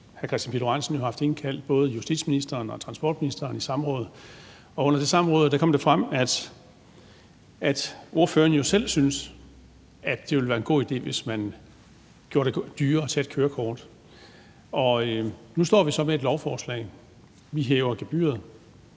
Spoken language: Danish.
hr. Kristian Pihl Lorentzen jo har haft indkaldt både justitsministeren og transportministeren i samråd. Under det samråd kom det frem, at ordføreren jo selv synes, at det ville være en god idé, hvis man gjorde det dyrere at tage et kørekort. Nu står vi så med et lovforslag, hvor vi vil hæve gebyret,